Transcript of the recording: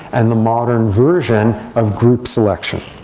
and the modern version of group selection.